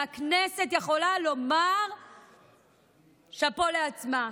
והכנסת יכולה לומר שאפו לעצמה,